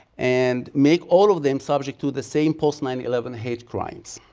and make all of them subject to the same post nine eleven hate crimes.